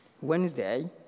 Wednesday